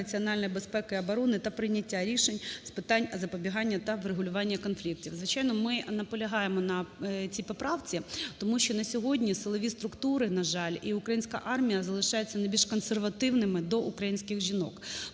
національної безпеки і оборони та прийняття рішень з питань запобігання та врегулювання конфліктів". Звичайно, ми наполягаємо на цій поправці, тому що на сьогодні силові структури, на жаль, і українська армія залишаються найбільш консервативними до українських жінок.